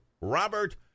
Robert